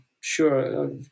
sure